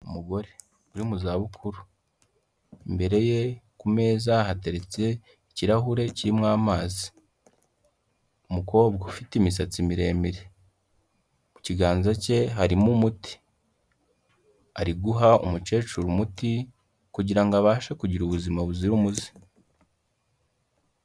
Umugore uri mu za bukuru, imbere ye ku meza hateretse ikirahure kirimo amazi, umukobwa ufite imisatsi miremire, mu kiganza cye harimo umuti, ari guha umukecuru umuti kugira ngo abashe kugira ubuzima buzira umuze.